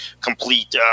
complete